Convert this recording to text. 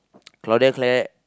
Claudia Claire